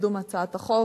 בקידום הצעת החוק.